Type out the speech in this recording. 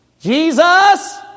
Jesus